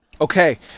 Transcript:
Okay